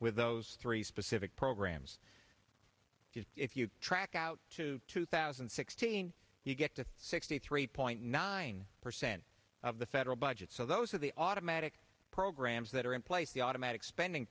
with those three specific programs if you track out to two thousand and sixteen you get to sixty three point nine percent of the federal budget so those are the automatic programs that are in place the automatic spending